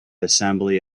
assembly